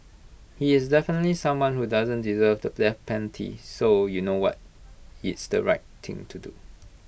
he is definitely someone who doesn't deserve the death penalty so you know what it's the right thing to do